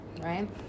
right